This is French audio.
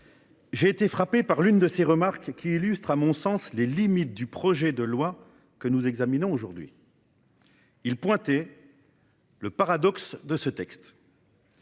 j'ai été frappé par l'une de ses remarques, qui illustre à mon sens les limites du projet de loi que nous examinons aujourd'hui. Il pointait le paradoxe de ce texte.